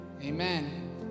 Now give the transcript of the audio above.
Amen